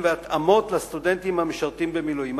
והתאמות לסטודנטים המשרתים במילואים.